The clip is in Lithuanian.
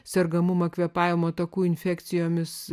sergamumą kvėpavimo takų infekcijomis